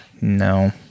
No